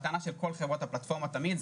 זו הטענה של כל חברות הפלטפורמה תמיד: